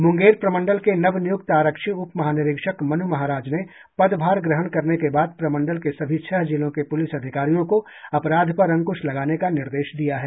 मुंगेर प्रमंडल के नवनियुक्त आरक्षी उप महानिरीक्षक मन्न महाराज ने पदभार ग्रहण करने के बाद प्रमंडल के सभी छह जिलों के पुलिस अधिकारियों को अपराध पर अंकुश लगाने का निर्देश दिया है